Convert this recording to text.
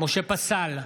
משה פסל,